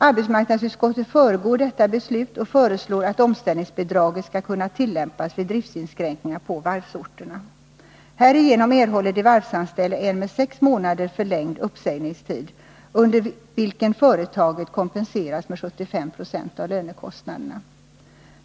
Arbetsmarknadsutskottet föregår detta beslut och föreslår att omställningsbidraget skall kunna tillämpas vid driftsinskränkningarna på varvsorterna. Härigenom erhåller de varvsanställda en med sex månader förlängd uppsägningstid, under vilken företaget kompenseras med 75 26 av lönekostnaderna.